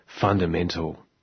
fundamental